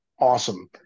awesome